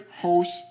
host